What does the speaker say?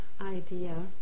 idea